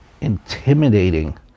intimidating